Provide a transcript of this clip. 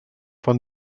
von